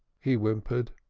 he whimpered.